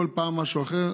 כל פעם משהו אחר,